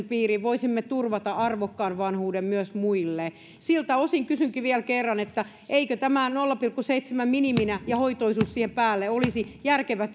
piiriin jolloin voisimme turvata arvokkaan vanhuuden myös heille siltä osin kysynkin vielä kerran eikö tämä nolla pilkku seitsemänä miniminä ja hoitoisuus siihen päälle olisi eduskunnalle järkevä